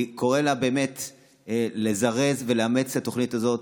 אני קורא לה באמת לזרז ולאמץ את התוכנית הזאת.